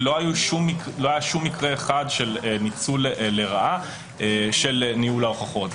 לא היה שום מקרה של ניצול לרעה של ניהול ההוכחות.